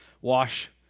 wash